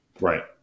Right